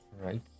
Right